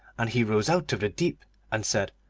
and he rose out of the deep and said,